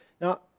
Now